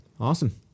Awesome